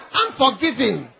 unforgiving